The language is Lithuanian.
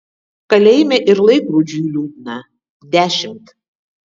kalėjime ir laikrodžiui liūdna dešimt